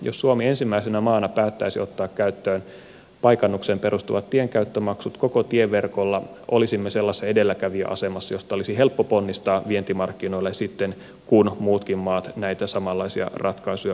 jos suomi ensimmäisenä maana päättäisi ottaa käyttöön paikannukseen perustuvat tienkäyttömaksut koko tieverkolla olisimme sellaisessa edelläkävijäasemassa josta olisi helppo ponnistaa vientimarkkinoille sitten kun muutkin maat näitä samanlaisia ratkaisuja ottavat käyttöön